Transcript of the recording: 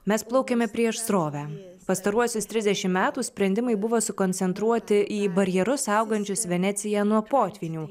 mes plaukiame prieš srovę pastaruosius trisdešim metų sprendimai buvo sukoncentruoti į barjerus saugančius veneciją nuo potvynių